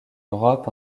europe